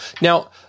Now